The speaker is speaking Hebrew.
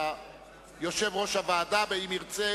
יושב-ראש הוועדה, אם ירצה